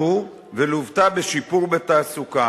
ולוותה בשיפור בתעסוקה.